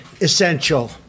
essential